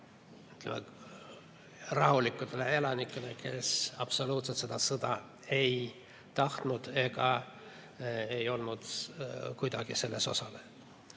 rahulikke elanikke, kes absoluutselt seda sõda ei tahtnud ega olnud kuidagi selles osalejad.